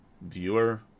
viewer